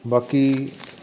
ਬਾਕੀ